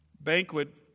banquet